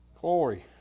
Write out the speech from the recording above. Glory